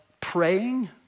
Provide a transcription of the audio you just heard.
Praying